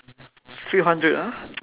few hundred ah